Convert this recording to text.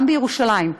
גם בירושלים.